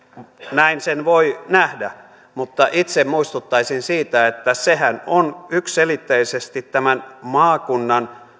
näin sen voi nähdä mutta itse muistuttaisin siitä että sehän on yksiselitteisesti maakunnan